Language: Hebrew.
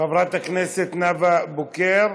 חברת הכנסת נאוה בוקר,